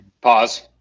Pause